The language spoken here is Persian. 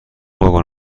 واگن